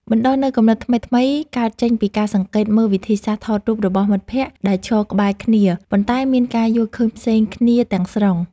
បណ្តុះនូវគំនិតថ្មីៗកើតចេញពីការសង្កេតមើលវិធីសាស្ត្រថតរូបរបស់មិត្តភក្តិដែលឈរក្បែរគ្នា ប៉ុន្តែ មានការយល់ឃើញផ្សេងគ្នាទាំងស្រុង។